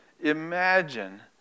Imagine